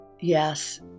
Yes